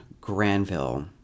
Granville